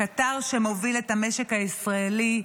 הקטר שמוביל את המשק הישראלי,